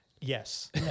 Yes